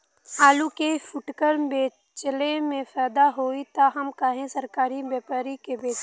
आलू के फूटकर बेंचले मे फैदा होई त हम काहे सरकारी व्यपरी के बेंचि?